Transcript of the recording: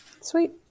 Sweet